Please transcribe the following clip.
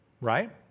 Right